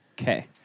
Okay